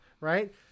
right